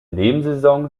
nebensaison